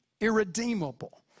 irredeemable